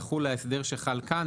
יחול ההסדר שחל כאן,